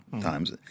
times